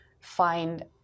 find